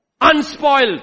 unspoiled